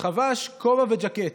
חבש כובע וז'קט,